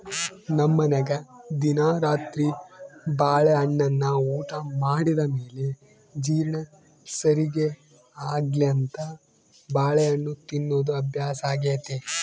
ನಮ್ಮನೆಗ ದಿನಾ ರಾತ್ರಿ ಬಾಳೆಹಣ್ಣನ್ನ ಊಟ ಮಾಡಿದ ಮೇಲೆ ಜೀರ್ಣ ಸರಿಗೆ ಆಗ್ಲೆಂತ ಬಾಳೆಹಣ್ಣು ತಿನ್ನೋದು ಅಭ್ಯಾಸಾಗೆತೆ